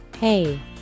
Hey